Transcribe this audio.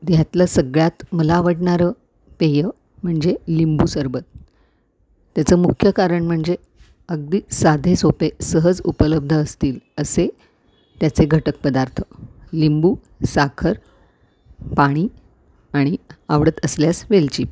तर यातील सगळ्यात मला आवडणारं पेय म्हणजे लिंबू सरबत त्याचं मुख्य कारण म्हणजे अगदी साधे सोपे सहज उपलब्ध असतील असे त्याचे घटक पदार्थ लिंबू साखर पाणी आणि आवडत असल्यास वेलची